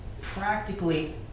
practically